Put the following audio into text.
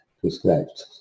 prescribed